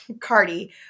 Cardi